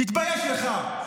תתבייש לך.